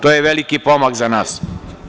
To je veliki pomak za nas.